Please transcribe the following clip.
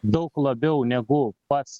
daug labiau negu pats